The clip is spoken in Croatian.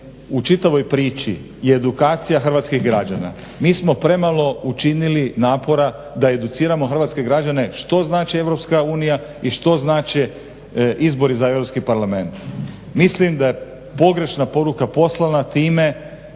u čitavoj priči je edukacija hrvatskih građana. Mi smo premalo učinili napora da educiramo hrvatske građane što znači EU i što znače izbori za EU parlament. Mislim da je pogrešna poruka poslana time